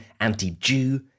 anti-Jew